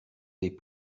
des